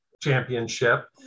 championship